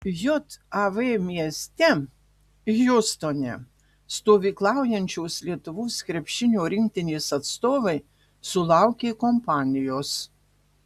jav mieste hjustone stovyklaujančios lietuvos krepšinio rinktinės atstovai sulaukė kompanijos